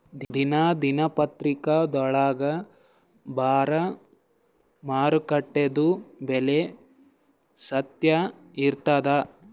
ದಿನಾ ದಿನಪತ್ರಿಕಾದೊಳಾಗ ಬರಾ ಮಾರುಕಟ್ಟೆದು ಬೆಲೆ ಸತ್ಯ ಇರ್ತಾದಾ?